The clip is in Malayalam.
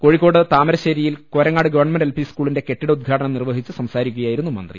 കോഴിക്കോട് താമരശ്ശേരിയിൽ കോരങ്ങാട് ഗവ എൽ പി സ്കൂളിന്റെ കെട്ടിട ഉദ്ഘാടനം നിർവഹിച്ച് സംസാരിക്കു കയായിരുന്നു മന്ത്രി